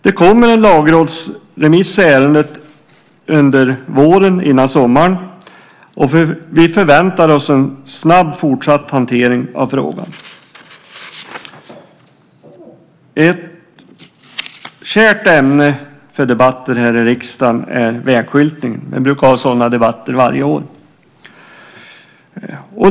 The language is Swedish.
Det kommer en lagrådsremiss i ärendet under våren, innan sommaren, och vi förväntar oss en fortsatt snabb hantering av frågan. Ett kärt ämne för debatter här i riksdagen är vägskyltningen. Vi brukar ha sådana debatter varje år.